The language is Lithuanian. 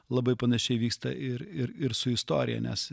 labai panašiai vyksta ir ir su istorija nes